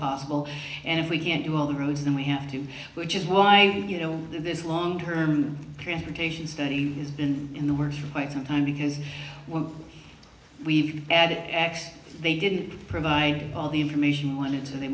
possible and if we can't do all the roads then we have to which is why you know this long term transportation study has been in the works for quite some time because we've added x they didn't provide all the information i wanted to they